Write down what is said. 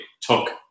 took